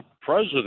president